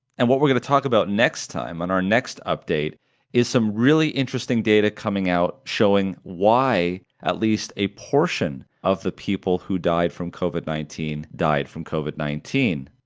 and what we're going to talk about next time on our next update is some really interesting data coming out showing why at least a portion of the people who died from covid nineteen died from covid nineteen.